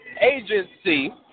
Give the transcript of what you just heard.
Agency